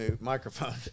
microphone